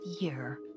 year